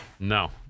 No